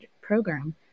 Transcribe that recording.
program